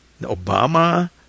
Obama